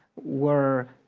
were